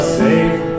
safe